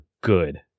good